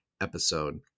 episode